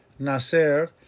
nacer